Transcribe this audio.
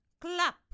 Clap